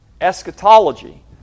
Eschatology